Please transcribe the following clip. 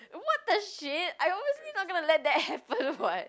what the shit I'm obviously not gonna let that happen [what]